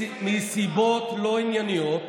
מסיבות לא ענייניות